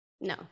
No